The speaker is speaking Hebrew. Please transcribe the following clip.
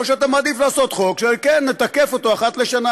או שאתה מעדיף לעשות חוק שכן נתַקף אותו אחת לשנה.